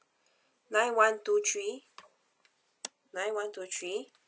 nine one two three nine one two three